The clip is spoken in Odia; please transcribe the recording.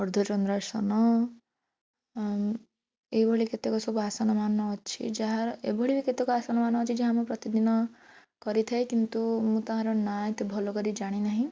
ଅର୍ଦ୍ଧଚନ୍ଦ୍ରାସନ ଏହିଭଳି କେତେକ ସବୁ ଆସନମାନ ଅଛି ଯାହାର ଏହିଭଳି କେତେକ ଆସନମାନ ଅଛି ଯାହା ମୁଁ ପ୍ରତିଦିନ କରିଥାଏ କିନ୍ତୁ ମୁଁ ତାହାର ନାଁ ଏତେ ଭଲକରି ଜାଣିନାହିଁ